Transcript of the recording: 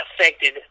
affected